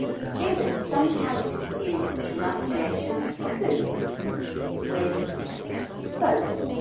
students sometimes confuse the pronunciation of soup with soap.